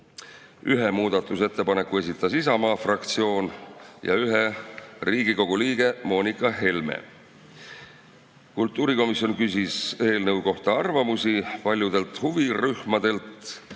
ühe muudatusettepaneku esitas Isamaa fraktsioon ja ühe Riigikogu liige Moonika Helme. Kultuurikomisjon küsis eelnõu kohta arvamusi paljudelt huvirühmadelt.